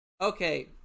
Okay